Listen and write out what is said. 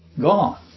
gone